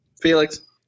Felix